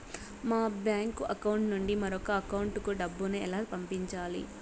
మా bank account నుండి మరొక అకౌంట్ కు డబ్బును ఎలా పంపించాలి